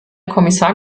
kommissar